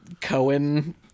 Cohen